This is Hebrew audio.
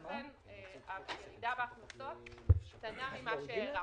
ולכן הירידה בהכנסות קטנה ממה שהערכנו.